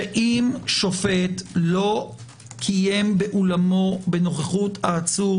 שאם שופט לא קיים באולמו בנוכחות העצור